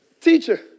Teacher